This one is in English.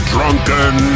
Drunken